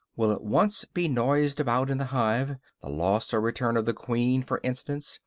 will at once be noised about in the hive the loss or return of the queen, for instance,